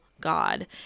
God